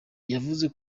yavuze